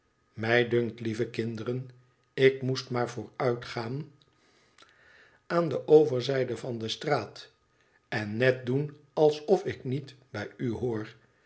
mij dunkt lieve kmderen ik moest maar vooruitgaan aan de overzijde van de straat en net doen alsof ik niet bij u hoor